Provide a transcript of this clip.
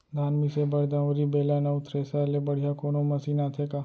धान मिसे बर दंवरि, बेलन अऊ थ्रेसर ले बढ़िया कोनो मशीन आथे का?